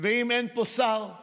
וכך גם סיעת הליכוד.